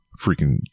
freaking